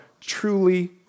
truly